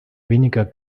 weniger